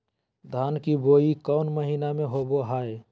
धान की बोई कौन महीना में होबो हाय?